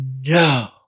no